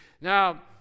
Now